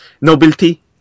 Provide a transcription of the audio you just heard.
nobility